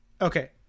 okay